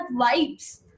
vibes